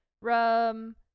Rum